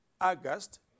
August